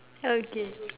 okay